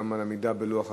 גם על עמידה בלוח הזמנים.